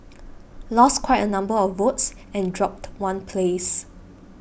lost quite a number of votes and dropped one place